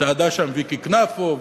צעדה שם ויקי קנפו,